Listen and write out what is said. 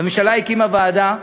הממשלה הקימה ועדה,